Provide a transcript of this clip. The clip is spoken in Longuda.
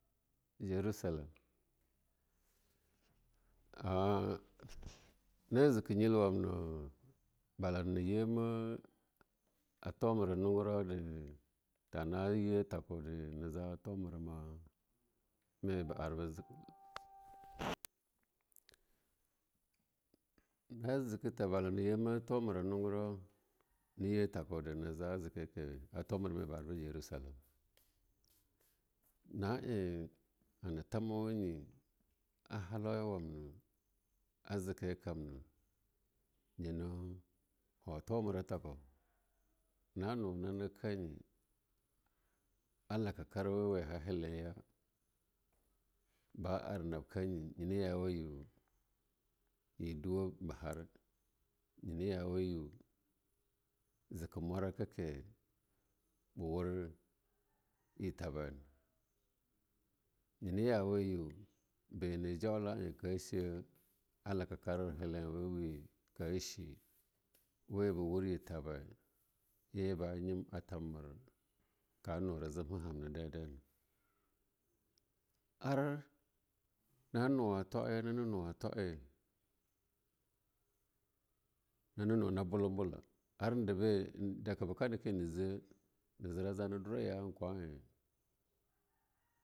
Jerusallem an na jeke nyil wamna bala na yima a tumare lungurau de tana je tackunde na za tuma ba arbe na jeke ta bala nayi ma hungurau nayi takude na zazike ke a tomera me ba arbe Jerusallem. Ma'eh hana tama wanye a halauya wanya jekeya kammmah, ayina ha tomer a takau na nab nane kanye, a hakarkar we wa ha heleya ba ar nakane nyina yawa yimo, yib dawob ba har, nyina yawa yuwa zika mwa rakae be wur yir tabaina, nyina yawa yiwo, bene jauka'a eh ka cha a lakarkar helewewe kache we ba wur yir tabaina, ye ba nyem a tabmernya ka nuro jemha hamma dai dai na. Ar na nuwa twa'e nane nuwa twa'e nane nuna bulam bula ar debe daka bekane Ke na je na jiwa za na dura ya an kwa-eh.